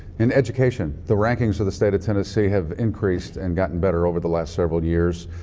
and education, the rankings of the state of tennessee have increased and gotten better over the last several years.